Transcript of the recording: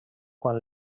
quan